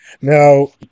Now